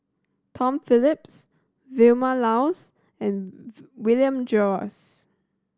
Tom Phillips Vilma Laus and William Jervois